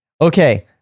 Okay